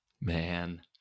man